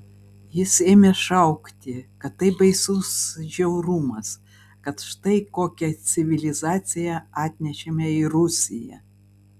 jis ėmė šaukti kad tai baisus žiaurumas kad štai kokią civilizaciją atnešėme į rusiją